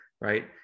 right